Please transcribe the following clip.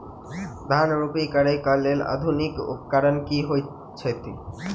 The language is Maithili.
धान रोपनी करै कऽ लेल आधुनिक उपकरण की होइ छथि?